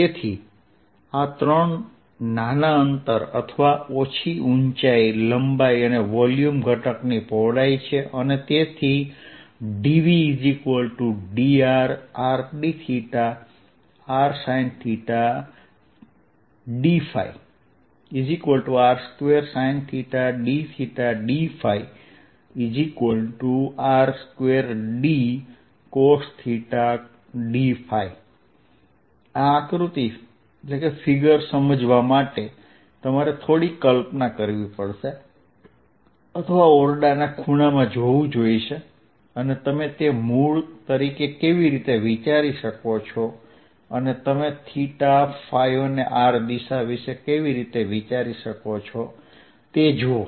તેથી આ ત્રણ નાના અંતર અથવા ઓછી ઊંચાઈ લંબાઈ અને વોલ્યુમ ઘટકની પહોળાઈ છે અને તેથી dVdrrdθrsinθdϕ r2sinθdθdϕ r2dcosθdϕ આ આકૃતિ સમજવા માટે તમારે થોડી કલ્પના કરવી પડશે અથવા ઓરડાના ખૂણામાં જોવું જોઈએ અને તમે તે મૂળ તરીકે કેવી રીતે વિચારી શકો છો અને તમે θ ϕ અને r દિશા વિશે કેવી રીતે વિચારી શકો છો તે જુઓ